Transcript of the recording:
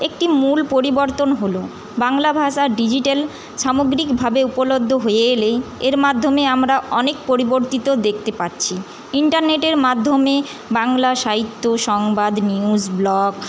একটি মূল পরিবর্তন হল বাংলা ভাষা ডিজিটাল সামাগ্রিকভাবে উপলব্ধ হয়ে এলেই এর মাধ্যমে আমরা অনেক পরিবর্তিত দেখতে পাচ্ছি ইন্টারনেটের মাধ্যমে বাংলা সাহিত্য সংবাদ নিউজ ব্লগ